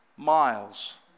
miles